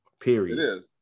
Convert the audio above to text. Period